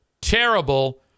terrible